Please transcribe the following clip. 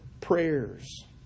prayers